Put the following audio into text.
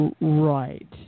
Right